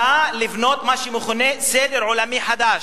לבנות מה שמכונה סדר עולמי חדש,